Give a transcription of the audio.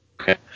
Okay